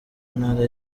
ntara